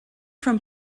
from